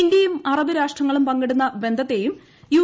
ഇന്ത്യയും അറബ് അാഷ്ട്രങ്ങളും പങ്കിടുന്ന ബന്ധത്തെയും യു